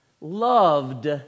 loved